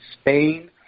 Spain